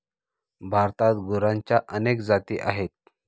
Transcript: भारतात गुरांच्या अनेक जाती आहेत